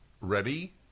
ready